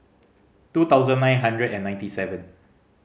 two thousand nine hundred and ninety seven